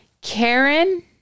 Karen